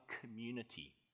community